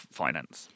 finance